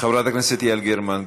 חברת הכנסת יעל גרמן,